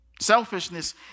Selfishness